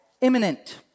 imminent